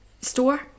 store